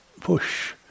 push